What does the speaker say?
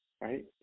right